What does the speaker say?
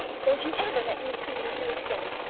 don't you ever let me see you do it again.